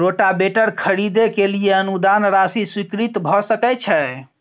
Rotavator खरीदे के लिए अनुदान राशि स्वीकृत भ सकय छैय?